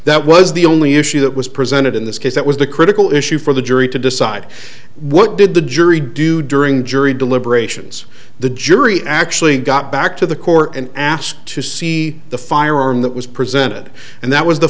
that was the only issue that was presented in this case that was the critical issue for the jury to decide what did the jury do during jury deliberations the jury actually got back to the court and ask to see the firearm that was presented and that was the